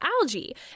algae